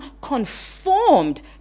conformed